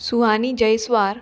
Suhani Jaiswar